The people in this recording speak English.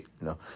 No